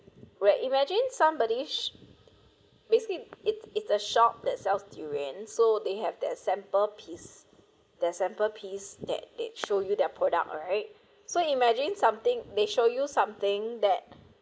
we're imagine somebody sh~ basically it's it's a shop that sells durian so they have their sample piece their sample piece that they show you their product right so imagine something they show you something that